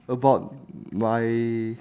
about my